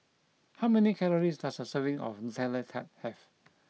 how many calories does a serving of Nutella Tart have